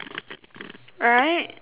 right